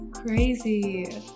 crazy